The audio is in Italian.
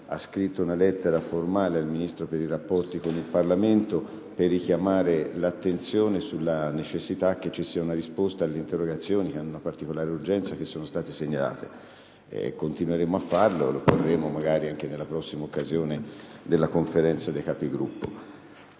ha scritto una lettera formale al Ministro per i rapporti con il Parlamento per richiamare l'attenzione sulla necessità che ci sia una risposta alle interrogazioni che hanno particolare urgenza e che sono state segnalate. Continueremo a farlo, magari anche in occasione della prossima Conferenza dei Capigruppo.